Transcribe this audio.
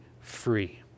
free